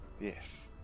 Yes